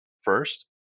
first